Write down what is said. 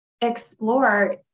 explore